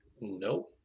Nope